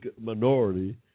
minority